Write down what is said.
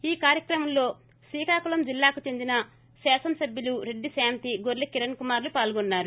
ఈ కార్యక్రమంలో శ్రీకాకుళం జిల్లాకు చెందిన శాసనసభ్యులు రెడ్డి శాంతిగొర్లె కిరణ్ కుమార్ లు పాల్గొన్నారు